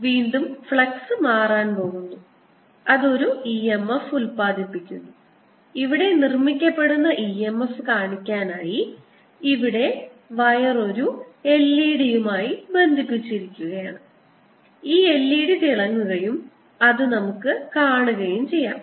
വീണ്ടും ഫ്ലക്സ് മാറാൻ പോകുന്നു അത് ഒരു e m f ഉൽപാദിപ്പിക്കുന്നു ഇവിടെ നിർമ്മിക്കപ്പെടുന്ന e m f കാണിക്കാനായി ഇവിടെ വയർ ഒരു l e d യുമായി ബന്ധിപ്പിച്ചിരിക്കുന്നു ഈ l e d തിളങ്ങുകയും അത് നമുക്ക് കാണുകയും ചെയ്യാം